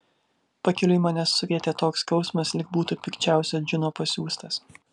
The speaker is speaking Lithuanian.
pakeliui mane surietė toks skausmas lyg būtų pikčiausio džino pasiųstas